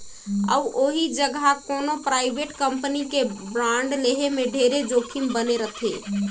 अउ ओही जघा कोनो परइवेट कंपनी के बांड लेहे में ढेरे जोखिम बने रथे